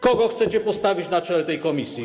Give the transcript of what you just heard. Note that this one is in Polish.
Kogo chcecie postawić na czele tej komisji?